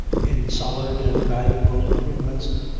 in solid and valuable improvements,